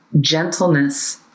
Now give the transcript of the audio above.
gentleness